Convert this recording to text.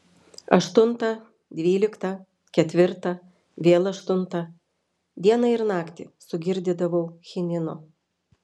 aštuntą dvyliktą ketvirtą vėl aštuntą dieną ir naktį sugirdydavau chinino